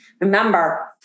Remember